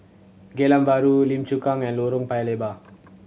Geylang Bahru Lim Chu Kang and Lorong Paya Lebar